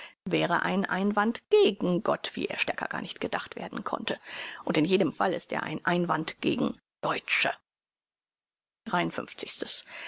wäre ein einwand gegen gott wie er stärker gar nicht gedacht werden konnte und in jedem fall ist er ein einwand gegen deutsche